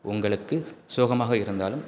உங்களுக்கு சோகமாக இருந்தாலும்